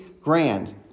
grand